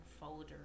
folder